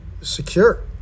secure